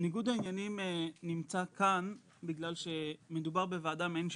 ניגוד העניינים נמצא כאן בגלל שמדובר בוועדה מעין שיפוטית.